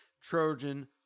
trojan